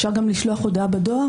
אפשר גם לשחוח הודעה בדואר.